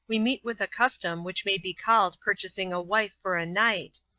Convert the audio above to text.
we meet with a custom which may be called purchasing a wife for a night,